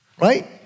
right